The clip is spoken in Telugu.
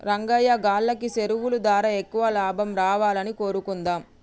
రంగయ్యా గాల్లకి సెరువులు దారా ఎక్కువ లాభం రావాలని కోరుకుందాం